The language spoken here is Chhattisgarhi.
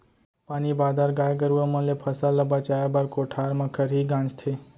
पानी बादर, गाय गरूवा मन ले फसल ल बचाए बर कोठार म खरही गांजथें